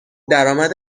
درآمد